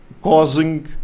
causing